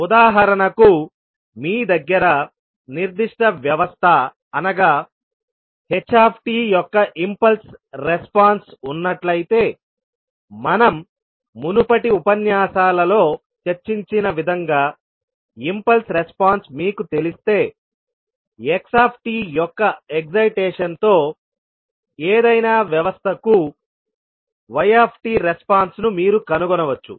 ఉదాహరణకుమీ దగ్గర నిర్దిష్ట వ్యవస్థ అనగా h యొక్క ఇంపల్స్ రెస్పాన్స్ ఉన్నట్లయితే మనం మునుపటి ఉపన్యాసాలలో చర్చించిన విధంగా ఇంపల్స్ రెస్పాన్స్ మీకు తెలిస్తే x యొక్క ఎక్సయిటేషన్ తో ఏదైనా వ్యవస్థకు y రెస్పాన్స్ ను మీరు కనుగొనవచ్చు